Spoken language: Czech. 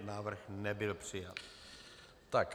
Návrh nebyl přijat.